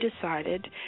decided